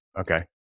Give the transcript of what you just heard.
Okay